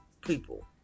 people